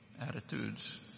attitudes